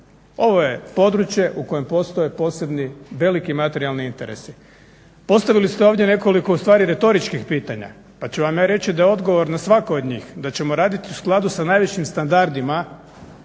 Ovo je područje u kojem postoje posebni veliki materijalni interesi. Postavili ste ovdje nekoliko ustvari retoričkih pitanja pa ću vam ja reći da je odgovor na svako od njih da ćemo raditi u skladu sa najvišim standardima